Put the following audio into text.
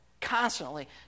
constantly